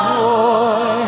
boy